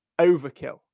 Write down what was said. overkill